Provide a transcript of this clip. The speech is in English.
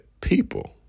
people